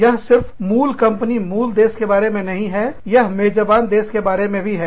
यह सिर्फ मूल कंपनी मूल देश के बारे में नहीं यह मेजबान देश के बारे में भी है